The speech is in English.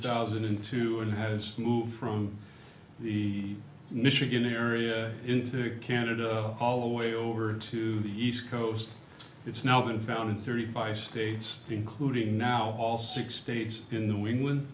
thousand and two and has moved from the michigan area into canada all the way over to the east coast it's now been found in thirty five states including now all six states in